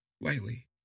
lightly